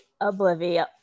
oblivion